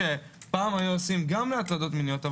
פעם היו עושים גם על הטרדות מיניות.